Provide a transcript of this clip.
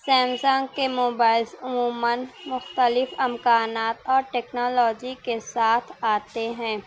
Samsung کے mobiles عموماً مختلف امکانات اور ٹیکنالوجی کے ساتھ آتے ہیں